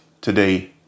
today